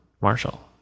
Marshall